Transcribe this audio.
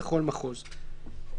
לכל מחוז.".